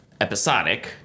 episodic